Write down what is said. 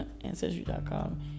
Ancestry.com